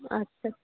আচ্ছা